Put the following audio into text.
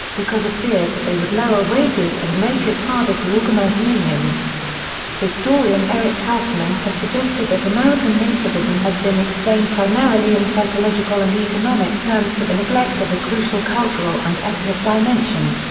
because of fears that they would lower wages and make it harder to organize unions historian eric kaufmann has suggested that american nativism has been explained primarily in psychological and economic terms to the neglect of a crucial cultural and ethnic dimension.